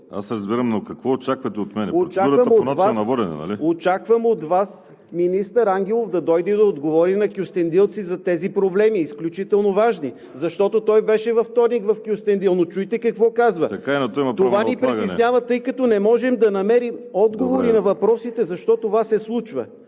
Аз разбирам, но какво очаквате от мен? Процедурата е по начина на водене, нали? РУМЕН ГЕОРГИЕВ: Очаквам от Вас министър Ангелов да дойде и да отговори на кюстендилци за тези проблеми, изключително важни. Той беше във вторник в Кюстендил, но чуйте какво казва: „Това ни притеснява, тъй като не можем да намерим отговори на въпросите защо това се случва.